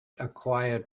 acquired